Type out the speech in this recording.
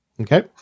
Okay